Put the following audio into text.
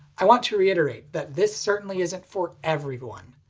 i want to reiterate that this certainly isn't for everyone.